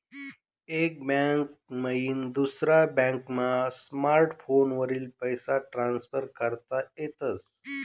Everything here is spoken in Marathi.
एक बैंक मईन दुसरा बॅकमा स्मार्टफोनवरी पैसा ट्रान्सफर करता येतस